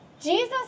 Jesus